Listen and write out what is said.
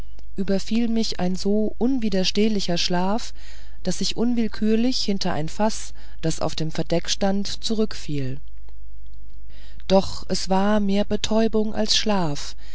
überfiel mich ein so unwiderstehlicher schlaf daß ich unwillkürlich hinter ein faß das auf dem verdeck stand zurückfiel doch war es mehr betäubung als schlaf